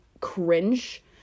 cringe